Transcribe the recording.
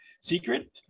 secret